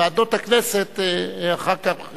ועדות הכנסת, אחר כך,